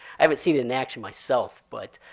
i haven't seen it in action myself, but